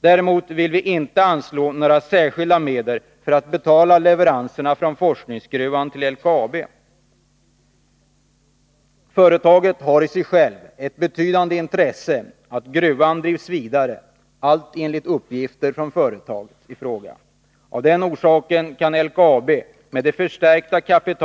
Däremot vill vi inte anslå några särskilda medel för att betala leveranserna från forskningsgruvan till LKAB. Företaget har i sig självt ett betydande intresse av att gruvan drivs vidare, allt enligt uppgifter från företaget i fråga. Av den orsaken kan LKAB med det förstärkta kapital.